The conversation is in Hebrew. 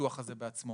הביטוח הזה בעצמו.